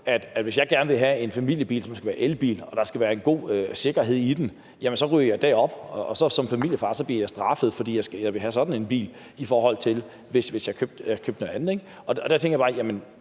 at hvis jeg gerne vil have en familiebil, som skal være en elbil, og der skal være en god sikkerhed i den, jamen så ryger jeg derop, og så bliver jeg som familiefar straffet for at ville have sådan en bil i forhold til at købe noget andet. Så hvad tænker ministeren: